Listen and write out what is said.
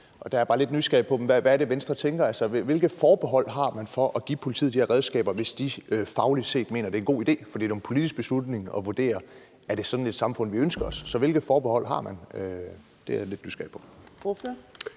Jeg er bare lidt nysgerrig på, hvad det er, Venstre tænker. Hvilke forbehold har man over for at give politiet de her redskaber, hvis de fagligt set mener, det er en god idé? For det er jo en politisk beslutning at vurdere, om det er sådan et samfund, vi ønsker os. Så hvilke forbehold har man? Det er jeg lidt nysgerrig på.